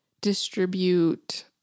distribute